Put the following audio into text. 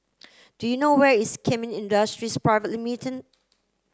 do you know where is Kemin Industries Private